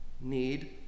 need